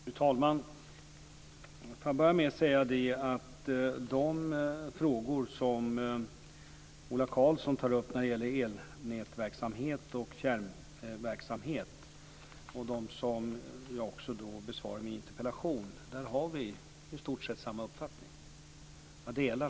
Fru talman! Jag vill börja med att säga att i de frågor som Ola Karlsson tar upp när det gäller elnätverksamhet och fjärrvärmeverksamhet och som jag besvarar i min interpellation har vi i stort sett samma uppfattning.